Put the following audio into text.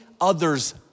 others